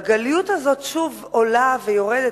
והגליות הזאת שוב עולה ויורדת,